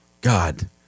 God